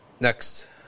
Next